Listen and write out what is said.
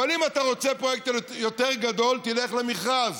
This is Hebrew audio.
אבל אם אתה רוצה פרויקט יותר גדול, תלך למכרז.